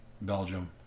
belgium